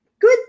good